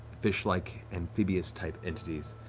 fish-like, amphibious-type entities.